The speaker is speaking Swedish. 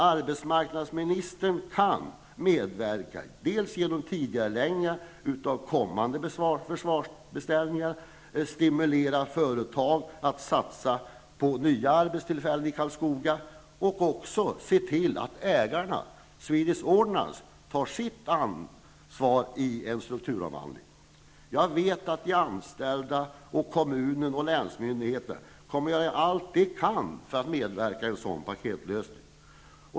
Arbetsmarknadsministern kan medverka genom tidigareläggning av kommande försvarsbeställningar, genom att stimulera företag att satsa på nya arbetstillfällen i Karlskoga och också genom att se till att Swedish Ordnance tar sitt ansvar i en strukturomvandling. Jag vet att de anställda och kommunen samt länsmyndigheterna kommer att göra allt de kan för att medverka i en sådan paketlösning.